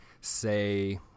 say